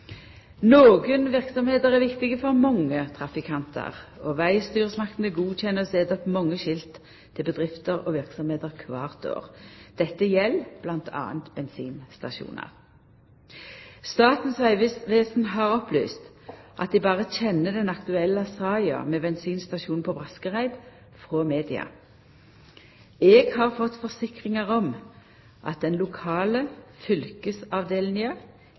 er viktige for mange trafikantar, og vegstyresmaktene godkjenner og set opp mange skilt til bedrifter og verksemder kvart år. Dette gjeld bl.a. bensinstasjonar. Statens vegvesen har opplyst at dei berre kjenner den aktuelle saka med bensinstasjonen på Braskereid frå media. Eg har fått forsikringar om at den lokale fylkesavdelinga